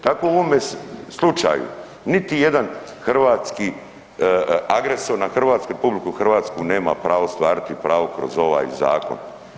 Tako u ovome slučaju niti jedan hrvatski, agresor na Hrvatsku, RH nema pravo ostvariti pravo kroz ovaj zakon.